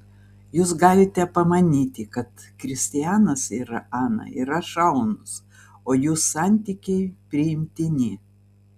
jūs galite pamanyti kad kristijanas ir ana yra šaunūs o jų santykiai priimtini